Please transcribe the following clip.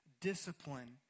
discipline